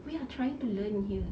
we are trying to learn here